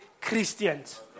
Christians